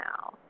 now